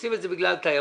עושים את זה בגלל תיירות,